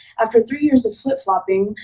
after three years of flip-flopping,